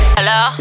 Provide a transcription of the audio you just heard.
Hello